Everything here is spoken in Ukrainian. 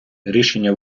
рішення